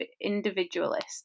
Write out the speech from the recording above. individualist